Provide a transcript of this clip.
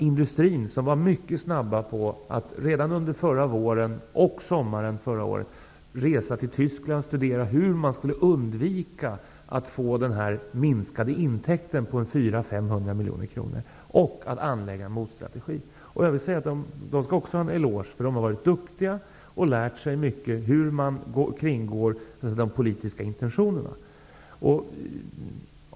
Industrin var alltså mycket snabb och reste redan under förra våren och sommaren till Tyskland för att studera hur man skulle undvika att få den minskade intäkten på 400--500 miljoner och hur man skulle anlägga en motstrategi. Man skall ha en eloge för att man var duktig och lärde sig mycket om hur man kringgår de politiska intentionerna.